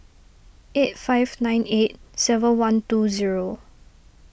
eight five nine eight seven one two zero